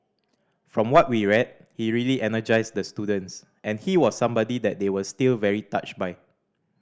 from what we read he really energised the students and he was somebody that they were still very touched by